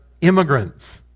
immigrants